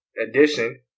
edition